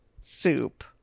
soup